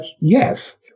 Yes